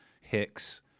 Hicks